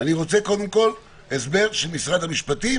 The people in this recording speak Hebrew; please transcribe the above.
אני רוצה קודם כול הסבר של משרד המשפטים.